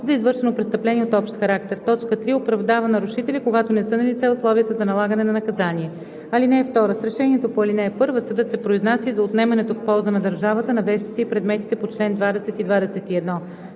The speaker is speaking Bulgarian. за извършено престъпление от общ характер; 3. оправдава нарушителя, когато не са налице условията за налагане на наказание. (2) С решението по ал. 1 съдът се произнася и за отнемането в полза на държавата на вещите и предметите по чл. 20 и 21.